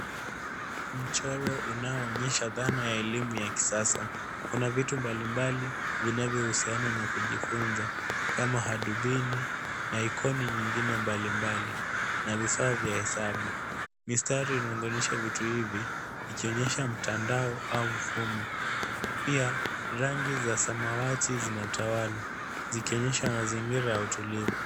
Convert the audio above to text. Mchoro unaonyesha dhana ya kielimu ya kisasa .Kuna vitu mbalimbali vinavyohusiana na kujifunza kama vile hadubini na ikoni nyingine mbalimbali na vifaa vya hesabu. Mistari imeunganishwa vitu hivi ikionyesha mtandao au mfumo. Pia rangi ya samawati imetawala ikionyesha utulivu.